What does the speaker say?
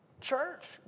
Church